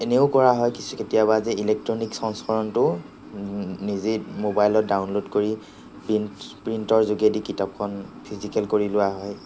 এনেও কৰা হয় কিছু কেতিয়াবা যে ইলেকট্ৰনিকছ সংস্কৰণটো নিজেই ম'বাইলত ডাউনলোড কৰি প্ৰিণ্ট প্ৰিণ্টৰ যোগেদি কিতাপখন ফিজিকেল কৰি লোৱা হয়